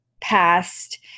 Past